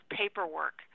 paperwork